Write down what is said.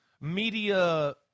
media